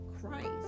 christ